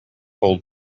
whole